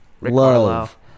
Love